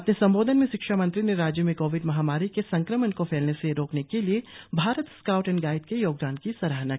अपने संबोधन में शिक्षा मंत्री ने राज्य में कोविड महामारी के संक्रमण को फैलने से रोकने के लिए भारत स्काउट्स एण्ड गाईड्स के योगदान की सराहना की